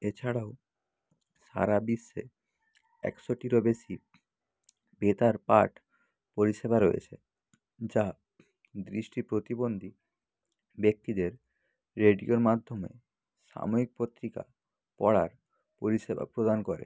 এছাড়াও সারা বিশ্বে একশোটিরও বেশি বেতার পাঠ পরিষেবা রয়েছে যা দৃষ্টি প্রতিবন্ধী ব্যক্তিদের রেডিওর মাধ্যমে সাময়িক পত্রিকা পড়ার পরিষেবা প্রদান করে